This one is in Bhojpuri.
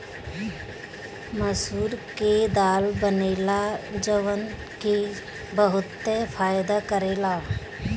मसूर के दाल बनेला जवन की बहुते फायदा करेला